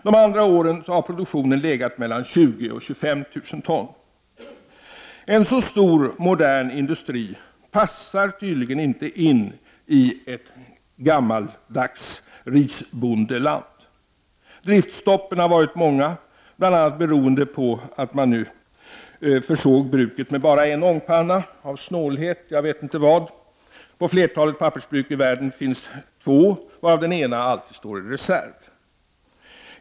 De andra åren har produktionen legat på mellan 20 000 och 25 000 ton per år. En så stor och modern industri passar tydligen inte in i ett gammaldags risbondeland. Driftstoppen har varit många bl.a. beroende på att man, av snålhet kanske, försåg bruket med bara en ångpanna. På flertalet pappersbruk i världen finns två ångpannor varav den ena alltid står i reserv.